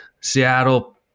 Seattle